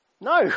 No